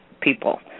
people